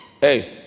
hey